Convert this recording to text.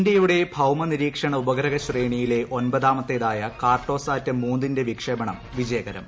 ഇന്ത്യയുടെ ഭൌമ നിരീക്ഷണ ഉപഗ്രഹ ശ്രേണിയിലെ ഒമ്പതാമത്തേതായ കാർട്ടോസാറ്റ് മൂന്നിന്റെ വിക്ഷേപണം വിജയകരം